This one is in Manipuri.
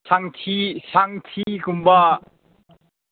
ꯁꯟꯊꯤ ꯁꯟꯊꯤꯒꯨꯝꯕ